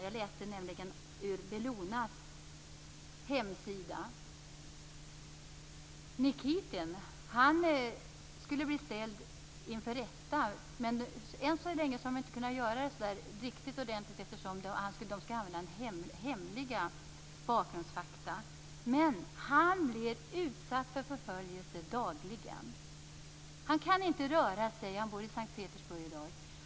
Jag läste på Bellonas hemsida. Nikitin skulle ställas inför rätta. Än så länge har det inte riktigt skett, eftersom det är hemliga bakgrundsfakta som skall användas. Han blir utsatt för förföljelser dagligen. Han bor i dag i S:t Petersburg.